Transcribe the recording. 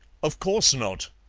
of course not,